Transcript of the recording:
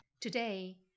Today